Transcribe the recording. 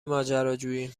ماجراجویی